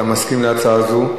אתה מסכים להצעה הזאת?